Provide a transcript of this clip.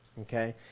okay